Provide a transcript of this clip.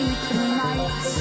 tonight